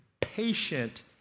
patient